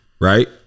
right